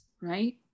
right